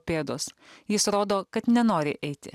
pėdos jis rodo kad nenori eiti